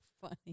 funny